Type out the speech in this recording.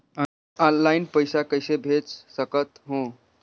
Online पइसा कइसे भेज सकत हो?